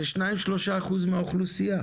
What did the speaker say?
זה שניים שלושה אחוזים מהאוכלוסייה,